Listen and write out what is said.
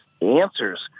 answers